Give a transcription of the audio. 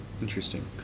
interesting